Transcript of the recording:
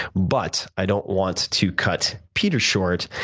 but i don't want to cut peter short.